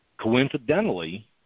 coincidentally